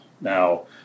Now